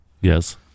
Yes